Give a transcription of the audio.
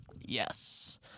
Yes